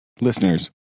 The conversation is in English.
listeners